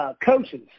coaches